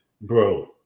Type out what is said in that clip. bro